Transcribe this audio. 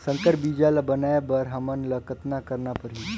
संकर बीजा ल बनाय बर हमन ल कतना करना परही?